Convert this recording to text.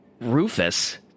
Rufus